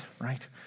right